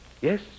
Yes